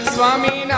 Swami